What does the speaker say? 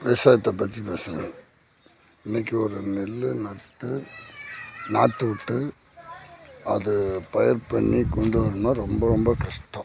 விவசாயத்தை பற்றி பேசுங்க இன்றைக்கி ஒரு நெல்லு நட்டு நாற்று விட்டு அது பயிர் பண்ணி கொண்டு வரணும்னா ரொம்ப ரொம்ப கஷ்டம்